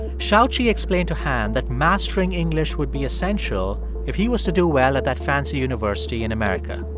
shaoqi explained to han that mastering english would be essential if he was to do well at that fancy university in america.